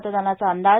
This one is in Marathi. मतदानाचा अंदाज